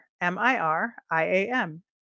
M-I-R-I-A-M